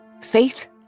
faith